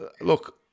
look